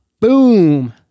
Boom